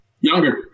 Younger